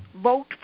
vote